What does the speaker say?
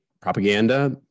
propaganda